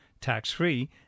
tax-free